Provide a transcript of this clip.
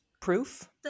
Proof